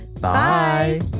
Bye